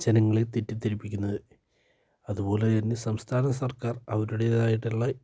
ജനങ്ങളെ തെറ്റിദ്ധരിപ്പിക്കുന്നത് അതുപോലെ തന്നെ സംസ്ഥാന സർക്കാർ അവരുടേതായിട്ടുള്ള